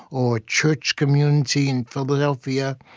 or a church community in philadelphia,